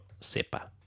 sepa